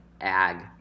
ag